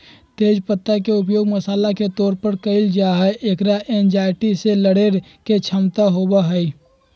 तेज पत्ता के उपयोग मसाला के तौर पर कइल जाहई, एकरा एंजायटी से लडड़े के क्षमता होबा हई